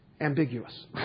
ambiguous